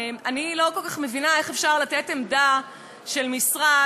אני לא כל כך מבינה איך אפשר להביא עמדה של משרד,